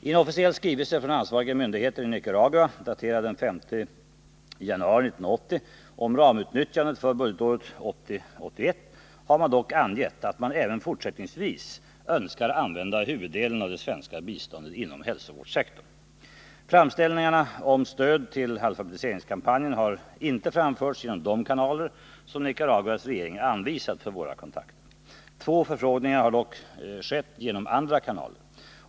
I en officiell skrivelse från ansvariga myndigheter i Nicaragua daterad den 5 januari 1980 om ramutnyttjandet för budgetåret 1980/81 har man dock angett att man även fortsättningsvis önskar använda huvuddelen av det svenska biståndet inom hälsosektorn. Framställningarna om stöd till alfabetiseringskampanjen har inte framförts genom de kanaler som Nicaraguas regering anvisat för våra kontakter. Två förfrågningar har dock skett genom andra kanaler.